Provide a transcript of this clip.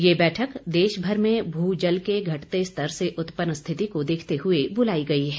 यह बैठक देशभर में भू जल के घटते स्तर से उत्पन्न स्थिति को देखते हुए बुलाई गई है